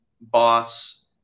boss